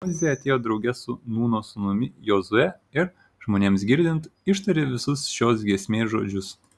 mozė atėjo drauge su nūno sūnumi jozue ir žmonėms girdint ištarė visus šios giesmės žodžius